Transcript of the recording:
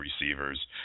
receivers